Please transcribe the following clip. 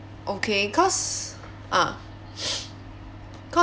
okay cause ah cause